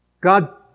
God